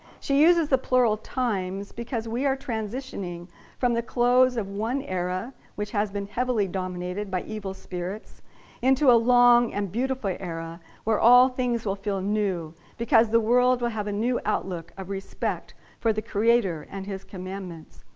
she uses the plural, times, because we are transitioning from the close of one era which has been heavily dominated by evil spirits into a long and beautiful era where all things will feel new, because the world will have a new outlook of respect for the creator and his commandments.